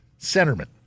centerman